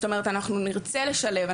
אנחנו נרצה לשלב,